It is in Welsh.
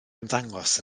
ymddangos